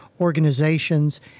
organizations